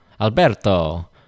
Alberto